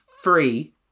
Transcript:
free